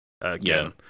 again